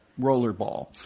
rollerball